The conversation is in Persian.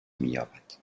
مییابد